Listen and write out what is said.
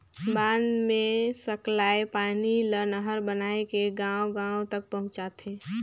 बांध मे सकलाए पानी ल नहर बनाए के गांव गांव तक पहुंचाथें